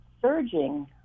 Surging